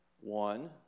One